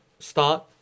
start